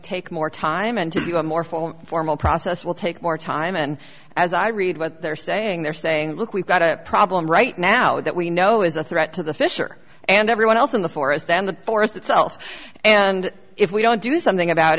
take more time and to do a more formal formal process will take more time and as i read what they're saying they're saying look we've got a problem right now that we know is a threat to the fisher and everyone else in the forest and the forest itself and if we don't do something about